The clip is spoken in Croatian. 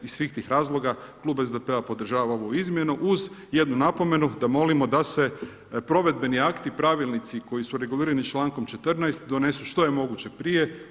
Iz svih tih razloga, klub SDP-a podržava ovu izmjenu, uz jednu napomenu, da molimo da se provedbeni akti i pravilnici koji su regulirani člankom 14. donesu što je moguće prije.